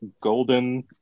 Golden